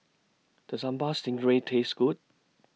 Does Sambal Stingray Taste Good